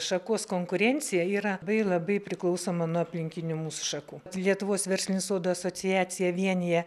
šakos konkurencija yra labai labai priklausoma nuo aplinkinių mūsų šakų lietuvos verslinių sodų asociacija vienija